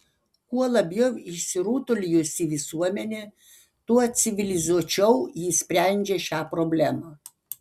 kuo labiau išsirutuliojusi visuomenė tuo civilizuočiau ji sprendžia šią problemą